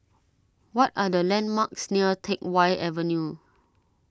what are the landmarks near Teck Whye Avenue